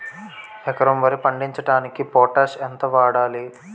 ఎకరం వరి పండించటానికి పొటాష్ ఎంత వాడాలి?